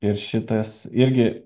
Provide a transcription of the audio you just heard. ir šitas irgi